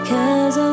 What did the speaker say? Cause